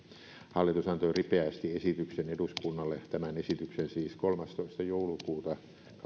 hallitus antoi ripeästi esityksen eduskunnalle tämän esityksen siis kolmastoista joulukuuta